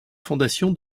fondation